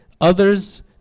others